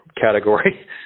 category